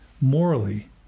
morally